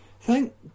Thank